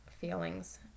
feelings